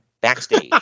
backstage